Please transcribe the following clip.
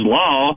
law